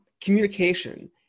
communication